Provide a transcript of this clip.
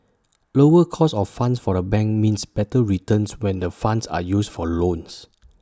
lower cost of funds for A bank means better returns when the funds are used for loans